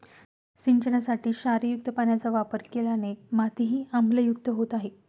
सिंचनासाठी क्षारयुक्त पाण्याचा वापर केल्याने मातीही आम्लयुक्त होत आहे